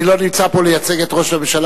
אני לא נמצא פה לייצג את ראש הממשלה,